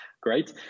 great